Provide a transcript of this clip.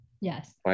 Yes